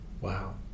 Wow